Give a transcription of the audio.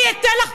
אני אתן לך,